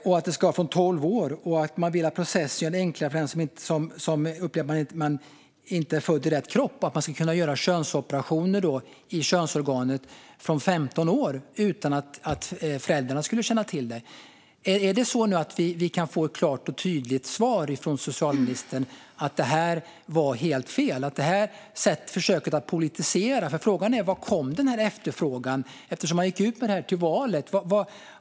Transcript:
Det ska kunna ske från 12 års ålder, och processen ska göras enklare för den som upplever att man inte är född i rätt kropp. Operationer i könsorganet ska kunna göras från 15 års ålder, utan att föräldrarna ska känna till det. Kan vi få ett klart och tydligt svar från socialministern att det här var helt fel? Detta var ett försök att politisera. Frågan är varifrån efterfrågan kommer. Man gick ju ut med detta till valet.